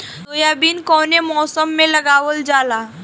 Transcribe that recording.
Soybean कौने मौसम में लगावल जा?